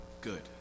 good